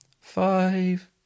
Five